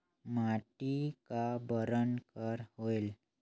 माटी का बरन कर होयल?